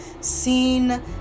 seen